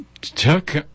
took